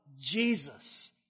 Jesus